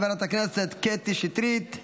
חברת הכנסת קטי שטרית,